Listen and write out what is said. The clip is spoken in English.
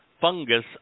fungus